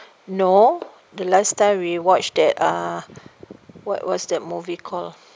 no the last time we watched that uh what was that movie call